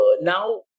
now